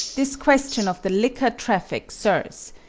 this question of the liquor traffic, sirs,